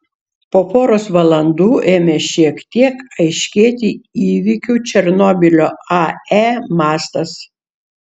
po poros valandų ėmė šiek tiek aiškėti įvykių černobylio ae mastas